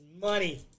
money